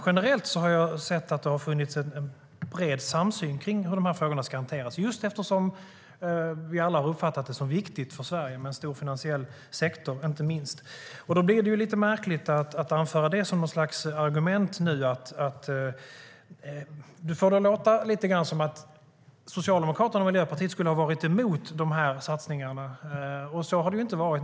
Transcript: Generellt har jag sett att det har funnits en bred samsyn kring hur de här frågorna ska hanteras, eftersom vi alla har uppfattat det som viktigt för Sverige med en stor finansiell sektor. Då blir det lite märkligt att anföra det som något slags argument. Du får det lite grann att låta som om Socialdemokraterna och Miljöpartiet skulle ha varit emot de här satsningarna, men så har det inte varit.